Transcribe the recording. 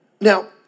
Now